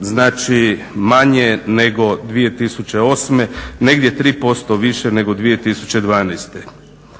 znači manje nego 2008. negdje 3% više nego 2012. Možda